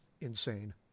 insane